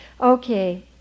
Okay